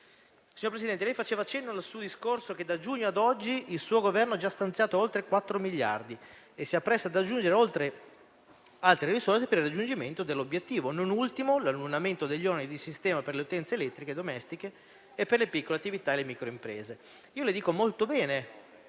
Signor Presidente, lei faceva riferimento nel suo discorso al fatto che, da giugno ad oggi, il suo Governo ha già stanziato oltre 4 miliardi e si appresta ad aggiungere altre risorse per il raggiungimento dell'obiettivo, non ultimo l'annullamento degli oneri di sistema per le utenze elettriche domestiche e per le piccole attività e le microimprese. Le dico che va molto bene,